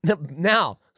Now